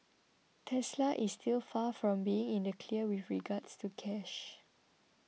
Tesla is still far from being in the clear with regards to cash